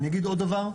אני אגיד עוד דבר,